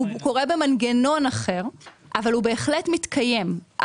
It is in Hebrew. הוא קורה במנגנון אחר אבל הוא בהחלט מתקיים.